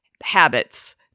habits